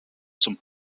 zum